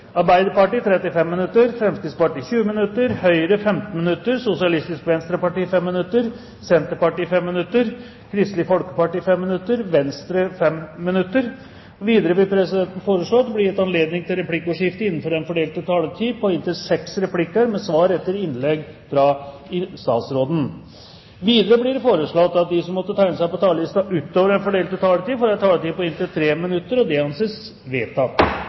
Arbeiderpartiet 35 minutter, Fremskrittspartiet 20 minutter, Høyre 15 minutter, Sosialistisk Venstreparti 5 minutter, Senterpartiet 5 minutter, Kristelig Folkeparti 5 minutter og Venstre 5 minutter. Videre vil presidenten foreslå at det blir gitt anledning til replikkordskifte på inntil seks replikker med svar etter innlegget fra statsråden innenfor den fordelte taletid. Videre blir det foreslått at de som måtte tegne seg på talerlisten utover den fordelte taletid, får en taletid på inntil 3 minutter. – Det anses vedtatt.